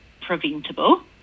preventable